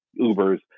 Ubers